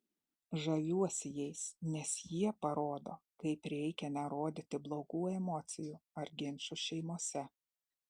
žaviuosi jais nes jie parodo kaip reikia nerodyti blogų emocijų ar ginčų šeimose